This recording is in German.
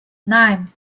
nein